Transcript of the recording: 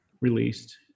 released